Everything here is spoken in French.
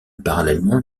parallèlement